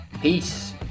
Peace